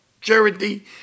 charity